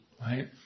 Right